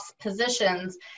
positions